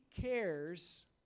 cares